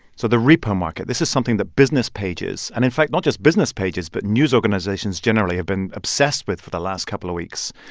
so the repo market this is something that business pages and, in fact, not just business pages, but news organizations, generally have been obsessed with for the last couple of weeks.